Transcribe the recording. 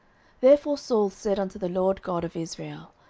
therefore saul said unto the lord god of israel,